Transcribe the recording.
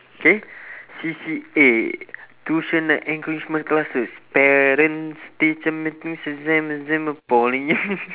okay C_C_A tuition and enrichment classes parents teachers